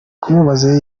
kumubaza